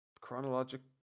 chronological